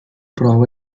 prova